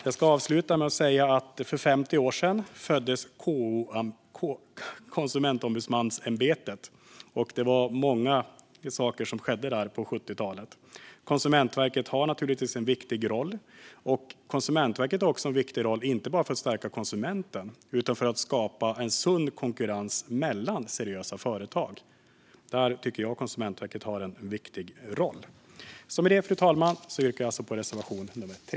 Jag ska avsluta med att säga att för 50 år sedan föddes konsumentombudsmannaämbetet. Det var många saker som skedde på 70-talet. Konsumentverket har naturligtvis en viktig roll inte bara för att stärka konsumenten utan också för att skapa en sund konkurrens mellan seriösa företag. Där tycker jag att Konsumentverket har en viktig roll. Med det, fru talman, yrkar jag bifall till reservation nummer 3.